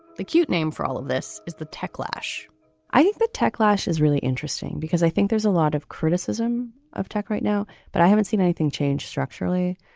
the cute name for all of this is the tech lash i think the tech lash is really interesting because i think there's a lot of criticism of tech right now, but i haven't seen anything change structurally.